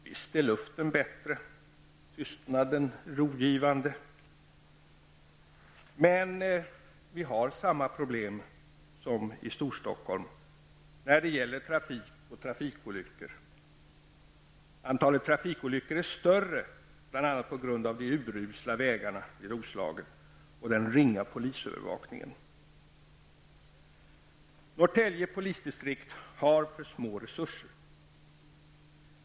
Visst är luften bättre och tystnaden rogivande, men vi har samma problem som man har i Storstockholm när det gäller trafik och trafikolyckor. Antalet trafikolyckor är större i Norrtälje än i Stockholm, bl.a. på grund av de urusla vägarna i Roslagen och på grund av den ringa polisövervakningen.